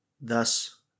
Thus